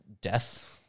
death